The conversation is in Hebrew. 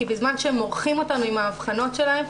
כי בזמן שהם מורחים אותנו עם האבחנות שלהם,